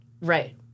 Right